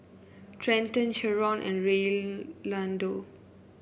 Trenton Sherron and Reynaldo